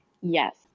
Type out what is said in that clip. Yes